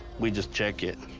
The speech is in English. we just check it.